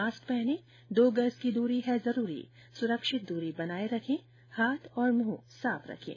mask पहनें दो गज की दूरी है जरूरी सुरक्षित दूरी बनाए रखें हाथ और मुंह साफ रखें